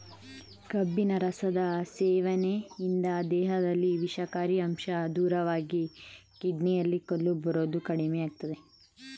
ಕಬ್ಬಿನ ರಸದ ಸೇವನೆಯಿಂದ ದೇಹದಲ್ಲಿ ವಿಷಕಾರಿ ಅಂಶ ದೂರವಾಗಿ ಕಿಡ್ನಿಯಲ್ಲಿ ಕಲ್ಲು ಬರೋದು ಕಡಿಮೆಯಾಗ್ತದೆ